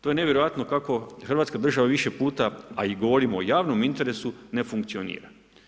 To je nevjerojatno kako hrvatska država više puta a i govorimo o javnom interesu, ne funkcionira.